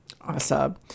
awesome